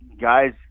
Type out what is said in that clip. guys